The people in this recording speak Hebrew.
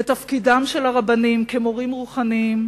ותפקידם של הרבנים, כמורים רוחניים,